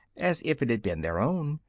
as if it had been their own,